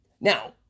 Now